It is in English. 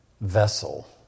vessel